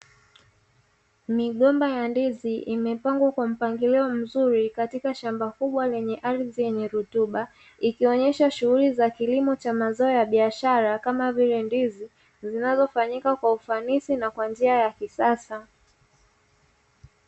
Migomba ya ndizi imepangwa kwa mpangilio mzuri katika shamba kubwa lenye ardhi yenye rutuba, ikionyesha shughuli za kilimo cha mazao ya biashara kama vile ndizi zinazofanyika kwa ufanisi na kwa njia ya kisasa.